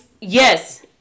Yes